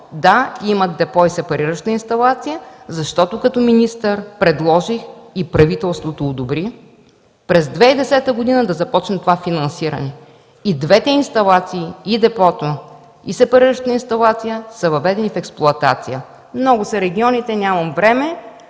да – имат депо и сепарираща инсталация, защото като министър предложих и правителството одобри през 2010 г. да започне това финансиране. И двете инсталации – и депото, и сепариращата инсталация, са въведени в експлоатация. Много са регионите, нямам време.